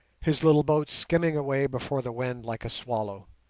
his little boat skimming away before the wind like a swallow.